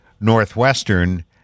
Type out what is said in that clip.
Northwestern